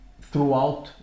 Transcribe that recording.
throughout